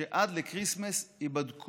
הודיעה השבוע שעד לכריסטמס ייבדקו